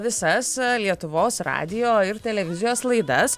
visas lietuvos radijo ir televizijos laidas